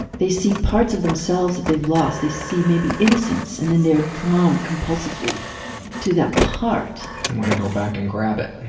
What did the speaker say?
they see parts of themselves that they've lost. they see maybe innocence and then they're drawn compulsively to that part. they and want to go back and grab it.